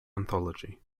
anthology